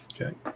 Okay